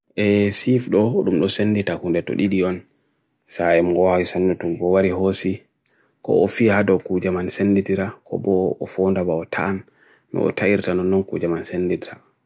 Sif dho rum dho sendhita kunda to dhidhiyon Sa mgwa yusan utum gawari hosi Kho ofi hado kujaman sendhita ra Kho bo o fondaba o tan Mgo tyre tanon nung kujaman sendhita ra